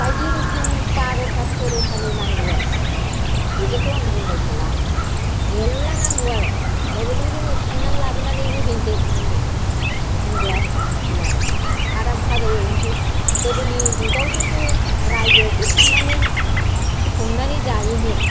बायदि रोखोम बार'था टेरथानि नांगौ आरोखि बेफोरखौ आं बुंबाय थाला मेल्ला नांगौ आरो ओमफ्राय जों बेफोरखौ खांनानै लाबोनानै होफैनोसै बिहामजोनो बिहामजोआ संनो सै आरो आरो आं भाजा एवनोसै गोदोनि जुगाव खिनथु रायजोआवसो खांनानै संनानै जायोमोन